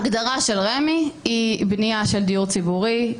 ההגדרה של רמ"י היא בנייה של דיור ציבורי,